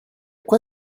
quoi